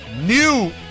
new